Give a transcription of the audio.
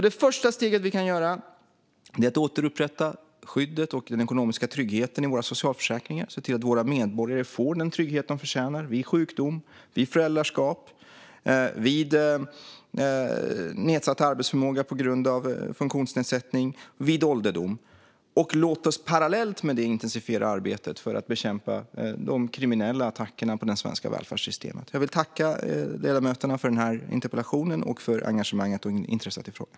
Det första steget vi kan göra är att återupprätta skyddet och den ekonomiska tryggheten i våra socialförsäkringar och se till att våra medborgare får den trygghet de förtjänar vid sjukdom, föräldraskap, nedsatt arbetsförmåga på grund av funktionsnedsättning samt vid ålderdom. Låt oss parallellt med det intensifiera arbetet med att bekämpa de kriminella attackerna på det svenska välfärdssystemet. Jag vill tacka ledamöterna för interpellationen och för engagemanget och intresset i frågan.